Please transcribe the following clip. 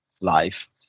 life